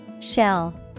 Shell